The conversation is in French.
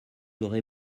aurez